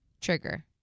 trigger